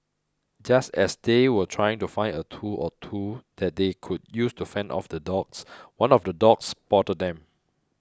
just as they were trying to find a tool or two that they could use to fend off the dogs one of the dogs spotted them